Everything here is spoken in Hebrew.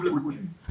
אוקי,